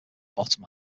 bottom